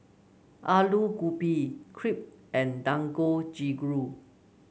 Alu Gobi Crepe and Dangojiru